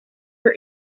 for